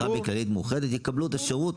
כללית ומאוחדת, יקבלו את השירות,